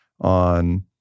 on